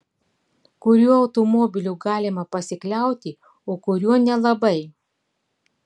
kuriuo automobiliu galima pasikliauti o kuriuo nelabai